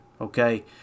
Okay